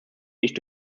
nicht